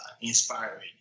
inspiring